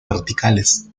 verticales